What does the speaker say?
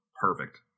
perfect